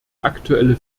aktuelle